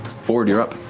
fjord, you're up.